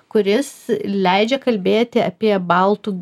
kuris leidžia kalbėti apie baltų